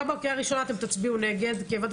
גם בקריאה ראשונה תצביעו נגד כי הבנתי